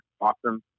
awesome